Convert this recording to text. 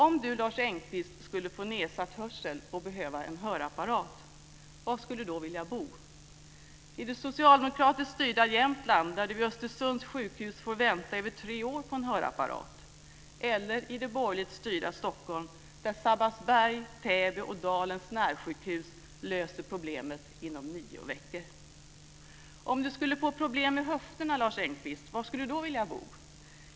Om Lars Engqvist skulle få nedsatt hörsel och behöva en hörapparat, var skulle han då vilja bo? I det socialdemokratisk styrda Jämtland där han vid Östersunds sjukhus får vänta i över tre år på hörapparat eller i det borgerligt styrda Stockholm där Sabbatsberg, Täby närsjukhus och Dalens närsjukhus löser problemet inom nio veckor? Om Lars Engqvist skulle få problem med höfterna, var skulle han då vilja bo?